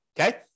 Okay